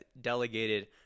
delegated